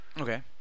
Okay